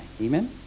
Amen